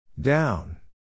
Down